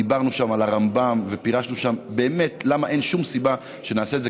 דיברנו שם על הרמב"ם ופירשנו שם באמת למה אין שום סיבה שנעשה את זה.